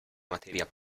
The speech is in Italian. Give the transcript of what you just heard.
materia